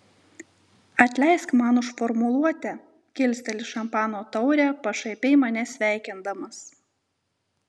atleisk man už formuluotę kilsteli šampano taurę pašaipiai mane sveikindamas